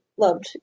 loved